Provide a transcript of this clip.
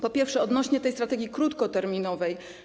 Po pierwsze, odnośnie do strategii krótkoterminowej.